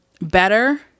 better